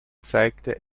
zeigte